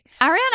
Ariana